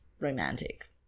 romantic